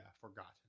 forgotten